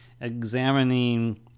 examining